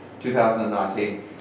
2019